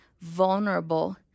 vulnerable